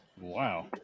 Wow